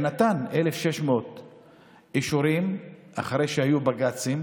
נתן 1,600 אישורים אחרי שהיו בג"צים.